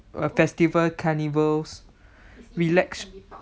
a festival carnivals relax